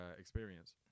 experience